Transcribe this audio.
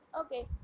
okay